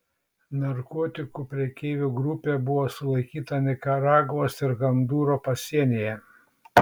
narkotikų prekeivų grupė buvo sulaikyta nikaragvos ir hondūro pasienyje